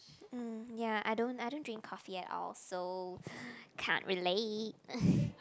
mm ya I don't I don't drink coffee at all so can't relate